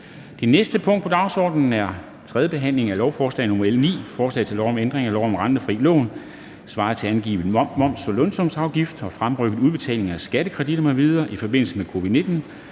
Det næste punkt på dagsordenen er: 3) 3. behandling af lovforslag nr. L 9: Forslag til lov om ændring af lov om rentefrie lån svarende til angivet moms og lønsumsafgift og fremrykket udbetaling af skattekreditter m.v. i forbindelse med covid-19